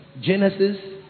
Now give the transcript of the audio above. Genesis